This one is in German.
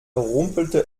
rumpelte